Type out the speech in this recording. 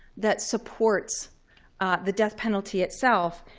that supports the death penalty itself,